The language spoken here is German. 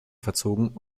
verzogen